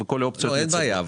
אין בעיה,